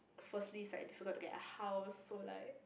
firstly it's like difficult to get a house so like